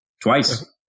Twice